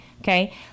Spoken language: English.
Okay